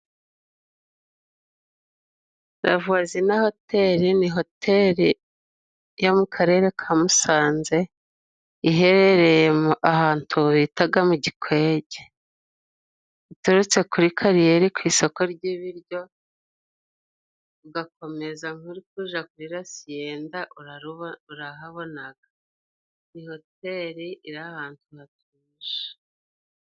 Ravuwazina hoteri ni hoteri yo mu karere ka Musanze. Iherereye ahantu bitaga mu Gikwege, uturutse kuri kariyeri ku isoko ry'ibiryo; ugakomeza nkuri kuja kuri rasiyenda, urahabonaga ni hoteri iri ahantu hatuje.